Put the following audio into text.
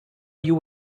you